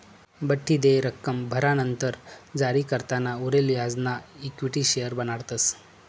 बठ्ठी देय रक्कम भरानंतर जारीकर्ताना उरेल व्याजना इक्विटी शेअर्स बनाडतस